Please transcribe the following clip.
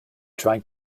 trying